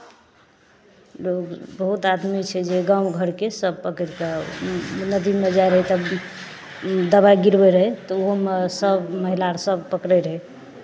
लोक् बहुत आदमी छै जे गाँव घरके सभ पकड़ि कऽ नदीमे जाइत रहै तब दबाइ गिरबैत रहै तऽ ओहूमे सभ महिला आर सभ पकड़ैत रहै